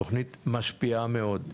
תוכנית משפיעה מאוד.